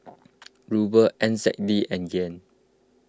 Ruble N Z D and Yen